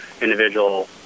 individual